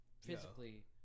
physically